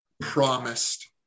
promised